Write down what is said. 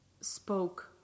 spoke